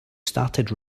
started